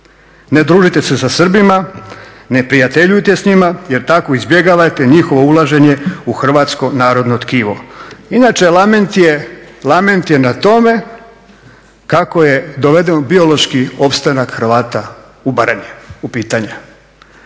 Ne družite sa Srbima, ne prijateljujte s njima jer tako izbjegavate njihovo ulaženje u hrvatsko narodno tkivo. Inače lament je na tome kako je doveden biološki opstanak Hrvata u Baranji